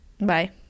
Bye